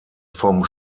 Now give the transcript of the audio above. vom